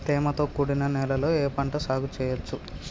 తేమతో కూడిన నేలలో ఏ పంట సాగు చేయచ్చు?